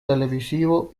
televisivo